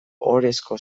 ohorezko